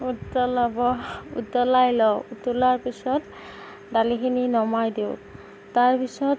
উতলাব উতলাই লওঁ উতলোৱাৰ পিছত দালিখিনি নমাই দিওঁ তাৰ পিছত